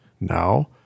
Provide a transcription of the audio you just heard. now